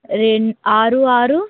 రెం ఆరు ఆరు